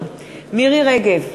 מירי רגב,